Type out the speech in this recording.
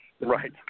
Right